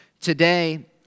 Today